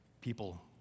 People